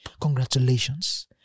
Congratulations